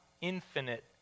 infinite